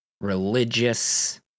religious